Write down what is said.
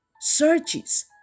searches